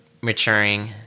maturing